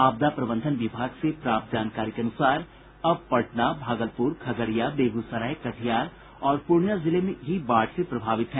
आपदा प्रबंधन विभाग से प्राप्त जानकारी के अनुसार अब पटना भागलपुर खगड़िया बेगूसराय कटिहार और पूर्णिया जिले ही बाढ़ से प्रभावित हैं